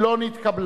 נא להוריד.